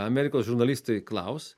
amerikos žurnalistai klaus